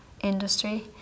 industry